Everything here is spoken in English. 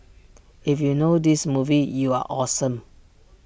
if you know this movie you're awesome